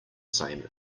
same